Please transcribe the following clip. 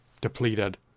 depleted